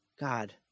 God